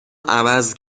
عوض